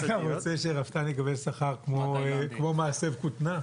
--- אתה רוצה שרפתן יקבל שכר כמו מאסף כותנה?